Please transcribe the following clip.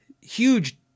huge